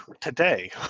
today